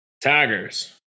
Tigers